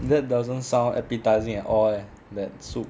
that doesn't sound appetising at all eh that soup